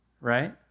right